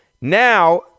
Now